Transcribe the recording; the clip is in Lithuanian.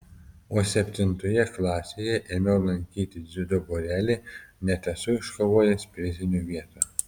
o septintoje klasėje ėmiau lankyti dziudo būrelį net esu iškovojęs prizinių vietų